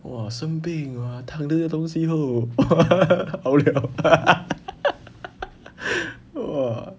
!wah! 生病 !wah! 躺这些东西后 好了 !wah!